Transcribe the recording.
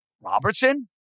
Robertson